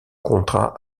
contrat